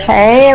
Hey